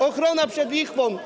Ochrona przed lichwą.